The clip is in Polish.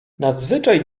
nadzwyczaj